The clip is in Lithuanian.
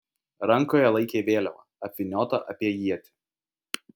rankoje laikė vėliavą apvyniotą apie ietį